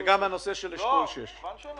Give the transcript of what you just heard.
הארנונה וגם הנושא של אשכול 6. בבקשה,